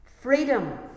freedom